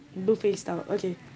buffet style okay